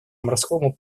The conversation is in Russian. морскому